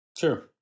Sure